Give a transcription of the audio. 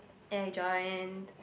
and I joined